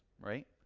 right